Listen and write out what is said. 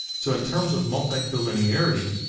so in terms of multicollinearity,